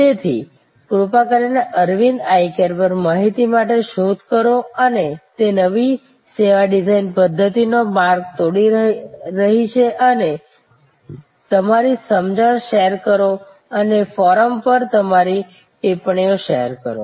તેથી કૃપા કરીને અરવિંદ આઇ કેર પર માહિતી માટે શોધ કરો અને તે નવી સેવા ડિઝાઇન પદ્ધતિઓનો માર્ગ તોડી રહી છે અને તમારી સમજણ શેર કરો અને ફોરમ પર તમારી ટિપ્પણીઓ શેર કરો